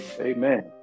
Amen